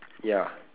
ya